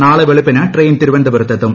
നാളെ വെളുപ്പിന് ട്രെയിൻ തിരുവനന്തപുരത്തെത്തും